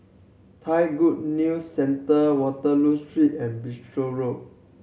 Thai Good News Centre Waterloo Street and Bristol Road